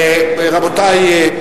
רבותי,